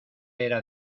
era